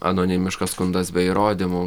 anonimiškas skundas be įrodymų